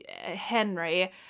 Henry